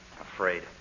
Afraid